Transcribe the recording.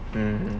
mm